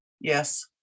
Yes